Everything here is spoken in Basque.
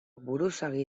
buruzagi